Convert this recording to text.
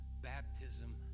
baptism